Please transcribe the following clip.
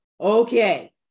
okay